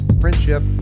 friendship